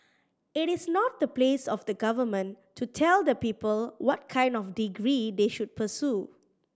it is not the place of the Government to tell the people what kind of degree they should pursue